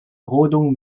rodung